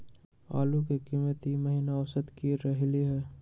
आलू के कीमत ई महिना औसत की रहलई ह?